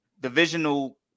divisional